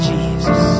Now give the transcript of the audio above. Jesus